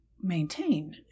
maintain